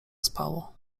spało